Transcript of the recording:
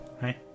Hi